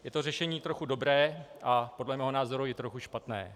Je to řešení trochu dobré a podle mého názoru i trochu špatné.